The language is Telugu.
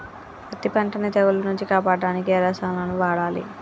పత్తి పంటని తెగుల నుంచి కాపాడడానికి ఏ రసాయనాలను వాడాలి?